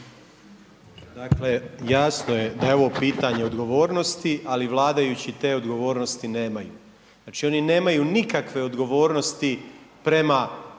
Dakle, jasno je da je ovo pitanje odgovornosti, ali vladajući te odgovornosti nemaju, znači, oni nemaju nikakve odgovornosti prema